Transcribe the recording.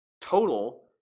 total